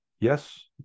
yes